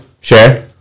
share